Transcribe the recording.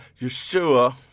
Yeshua